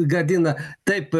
gadina taip